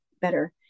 better